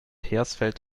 hersfeld